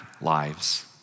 lives